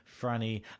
Franny